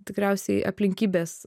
tikriausiai aplinkybės